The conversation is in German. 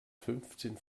fünfzehn